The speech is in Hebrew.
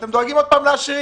אתם דואגים עוד פעם לעשירים.